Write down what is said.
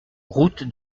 route